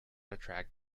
attract